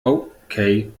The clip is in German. okay